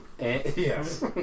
Yes